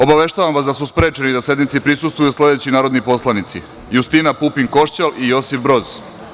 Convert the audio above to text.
Obaveštavam vas da su sprečeni da sednici prisustvuju sledeći narodni poslanici: Justina Pupin Košćal i Josip Broz.